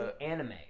anime